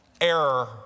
error